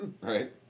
Right